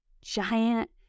giant